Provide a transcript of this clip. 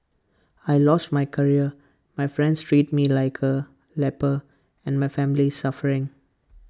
I lost my career my friends treat me like A leper and my family is suffering